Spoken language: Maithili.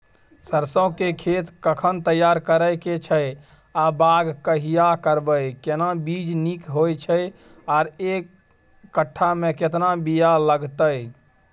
सरसो के खेत कखन तैयार करै के छै आ बाग कहिया करबै, केना बीज नीक होय छै आर एक कट्ठा मे केतना बीया लागतै?